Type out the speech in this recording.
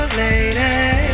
lady